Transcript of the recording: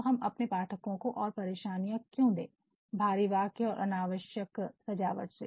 तो हम अपने पाठकों को और परेशानियां क्यों दें भारी वाक्य और अनावश्यक सजावट से